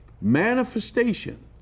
Manifestation